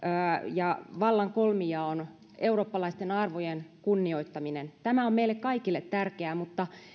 ja vallan kolmijaon eurooppalaisten arvojen kunnioittaminen tämä on meille kaikille tärkeää mutta